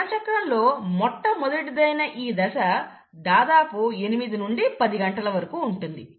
కణచక్రం లో మొట్టమొదటిదైన ఈ దశ దాదాపు 8 నుండి 10 గంటల వరకూ ఉంటుంది